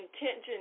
intention